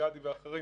וגדי ואחרים